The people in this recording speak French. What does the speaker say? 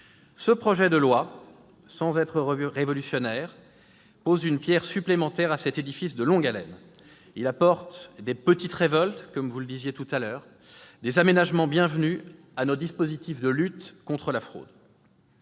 Ce projet de loi, sans être révolutionnaire, pose une pierre supplémentaire à cet édifice de longue haleine. Il apporte des « petites révoltes », comme vous l'avez dit précédemment, des aménagements bienvenus à nos dispositifs de lutte contre la fraude.